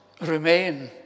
remain